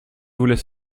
voulait